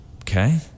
Okay